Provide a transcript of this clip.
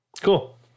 Cool